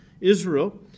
Israel